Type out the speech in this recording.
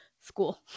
school